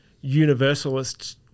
universalist